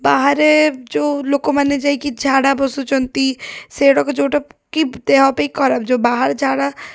ବାହାରେ ଯେଉଁ ଲୋକମାନେ ଯାଇକି ଝାଡ଼ା ବସୁଛନ୍ତି ସେଇ ଗୁଡ଼ାକ ଯେଉଁଟାକି ଦେହ ପାଇଁ ଖରାପ ଯେଉଁ ବାହାରେ ଝାଡ଼ା